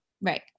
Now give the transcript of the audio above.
right